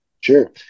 Sure